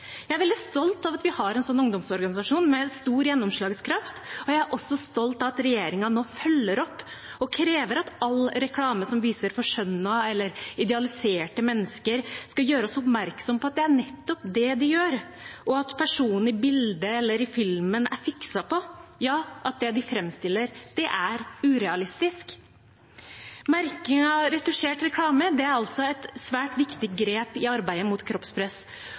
Jeg er veldig stolt av at vi har en ungdomsorganisasjon med stor gjennomslagskraft, og jeg er også stolt av at regjeringen nå følger opp og krever at all reklame som viser forskjønnede eller idealiserte mennesker, skal gjøre oss oppmerksom på at det er nettopp det de gjør, og at personen i bildet eller i filmen er fikset på – at det de framstiller, er urealistisk. Merking av retusjert reklame er et svært viktig grep i arbeidet mot kroppspress.